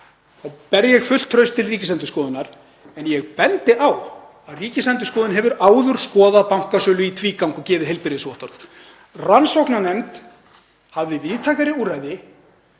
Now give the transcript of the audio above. þá ber ég fullt traust til Ríkisendurskoðunar en ég bendi á að Ríkisendurskoðun hefur áður skoðað bankasölu í tvígang og gefið heilbrigðisvottorð. Rannsóknarnefnd hafði víðtækari úrræði.